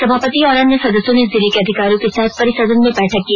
सभापति और अन्य सदस्यों ने जिले के अधिकारियों के साथ परिसदन में बैठक की